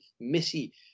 Missy